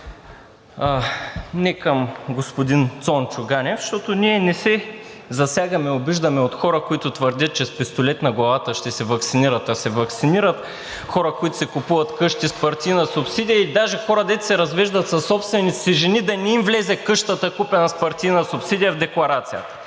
не към господин Цончо Ганев, защото ние не се засягаме, обиждаме от хора, които твърдят, че с пистолет на главата ще се ваксинират, а се ваксинират, хора, които си купуват къщи с партийна субсидия, и даже хора, дето се развеждат със собствените си жени, за да не им влезе къщата, купена с партийна субсидия, в декларацията…